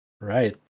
right